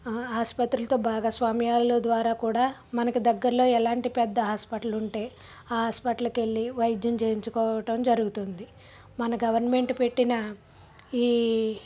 ఆస్పత్రులతో భాగస్వామ్యాల ద్వారా కూడా మనకు దగ్గరలో ఎలాంటి పెద్ద హాస్పిటల్ ఉంటే ఆ హాస్పిటల్కి వెళ్ళీ వైద్యం చేయించుకోవటం జరుగుతుంది మన గవర్నమెంట్ పెట్టిన ఈ